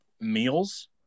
meals